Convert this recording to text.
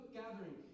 gathering